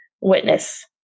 witness